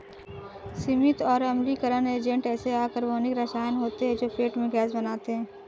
सीमित और अम्लीकरण एजेंट ऐसे अकार्बनिक रसायन होते हैं जो पेट में गैस बनाते हैं